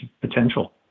potential